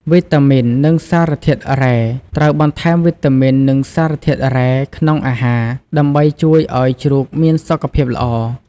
វីតាមីន និងសារធាតុរ៉ែ ត្រូវបន្ថែមវីតាមីន និងសារធាតុរ៉ែក្នុងអាហារ ដើម្បីជួយឲ្យជ្រូកមានសុខភាពល្អ។